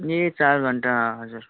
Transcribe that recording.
ए चार घन्टा हजुर